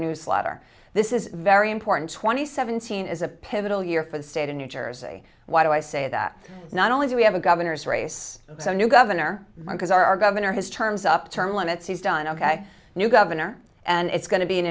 newsletter this is very important twenty seventeen is a pivotal year for the state of new jersey why do i say that not only do we have a governor's race so new governor because our governor has terms up term limits he's done ok new governor and it's going to be an